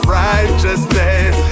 righteousness